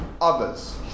others